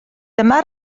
dyma